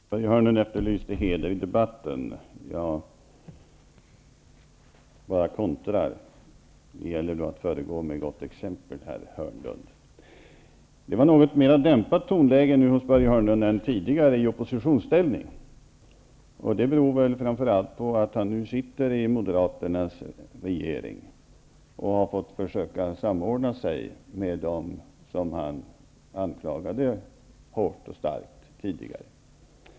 Fru talman! Börje Hörnlund efterlyste heder i debatten. Jag vill då kontra med följande: Det gäller att föregå med gott exempel, herr Hörnlund. Börje Hörnlund hade nu ett mer dämpat tonläge än tidigare i oppositionsställning. Det beror väl framför allt på att han nu sitter i Moderaternas regering och får försöka samordna sig med dem som han tidigare anklagade hårt.